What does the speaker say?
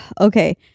okay